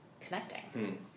connecting